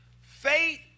faith